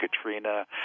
Katrina